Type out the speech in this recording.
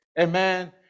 Amen